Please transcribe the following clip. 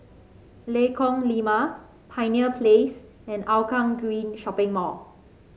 Lengkong Lima Pioneer Place and Hougang Green Shopping Mall